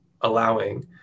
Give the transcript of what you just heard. allowing